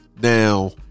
Now